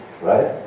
right